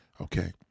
okay